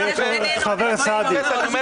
סעדי, משפט אחרון.